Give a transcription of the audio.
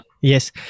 Yes